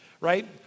right